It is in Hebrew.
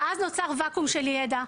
ואז נוצר ואקום של ידע,